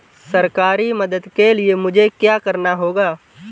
सरकारी मदद के लिए मुझे क्या करना होगा?